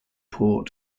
port